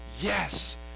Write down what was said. yes